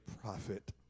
prophet